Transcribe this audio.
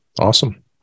Awesome